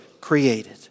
created